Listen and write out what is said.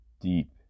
deep